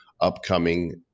upcoming